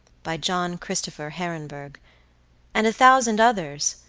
by john christofer herenberg and a thousand others,